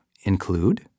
include